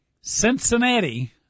Cincinnati